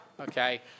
Okay